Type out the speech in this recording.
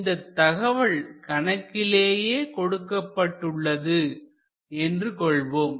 இந்த தகவல் கணக்கிலேயே கொடுக்கப்பட்டுள்ளது என்று கொள்வோம்